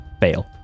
Fail